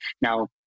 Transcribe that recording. now